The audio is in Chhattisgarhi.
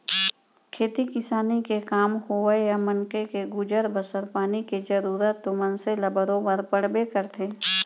खेती किसानी के काम होवय या मनखे के गुजर बसर पानी के जरूरत तो मनसे ल बरोबर पड़बे करथे